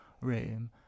room